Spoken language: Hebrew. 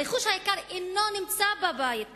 הרכוש היקר אינו נמצא בבית בכלל.